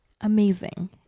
amazing